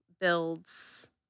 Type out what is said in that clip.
builds